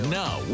now